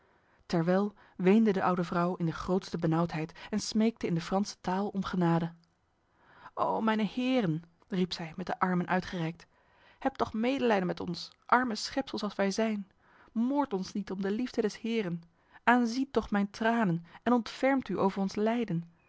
terwijl weende de oude vrouw in de grootste benauwdheid en smeekte in de franse taal om genade o mijne heren riep zij met de armen uitgereikt hebt toch medelijden met ons arme schepsels als wij zijn moordt ons niet om de liefde des heren aanziet toch mijn tranen en ontfermt u over ons lijden